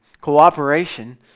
Cooperation